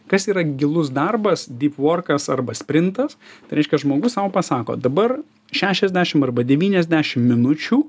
kas yra gilus darbas dyp vorkas arba sprintas tai reiškia žmogus sau pasako dabar šešiasdešim arba devyniasdešim minučių